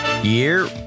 year